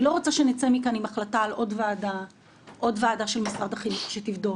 אני לא רוצה שנצא מכאן עם החלטה על עוד ועדה של משרד החינוך שתבדוק,